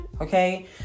okay